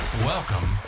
Welcome